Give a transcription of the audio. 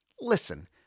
listen